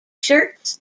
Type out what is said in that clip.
shirts